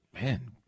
Man